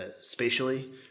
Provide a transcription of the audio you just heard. spatially